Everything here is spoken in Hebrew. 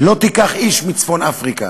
"לא תיקח איש מצפון-אפריקה".